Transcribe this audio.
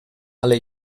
alle